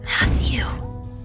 matthew